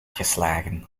geslagen